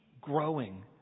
growing